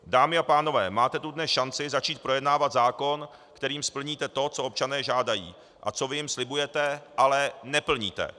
Dámy a pánové, máte tu dnes šanci začít projednávat zákon, kterým splníte to, co občané žádají a co vy jim slibujete, ale neplníte.